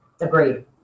Agreed